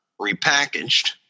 repackaged